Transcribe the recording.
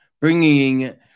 bringing